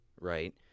right